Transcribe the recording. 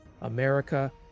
America